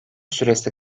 süresi